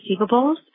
receivables